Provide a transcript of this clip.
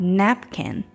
napkin